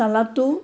চালাদো